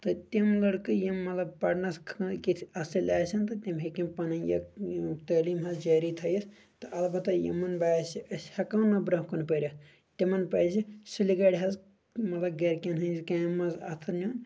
تہٕ تِم لٔڑکہٕ یِم مطلب پرنس کِتۍ اَصل آسن تِم ہیٚکن پنٔنۍ یہِ تعلیٖم حظ جأری تھأیِتھ البتہ یِمن وۄنۍ باسہِ أسۍ ہیٚکو نہٕ برۄنٛہہ کُن پٔرِتھ تِمن پزِ سُلہِ گرِ حظ مطلب گرِکٮ۪ن ہِنٛز کامٮ۪ن منٛز اَتھہٕ نیُن